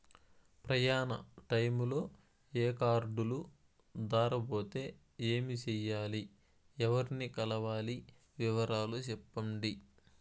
ప్రయాణ టైములో ఈ కార్డులు దారబోతే ఏమి సెయ్యాలి? ఎవర్ని కలవాలి? వివరాలు సెప్పండి?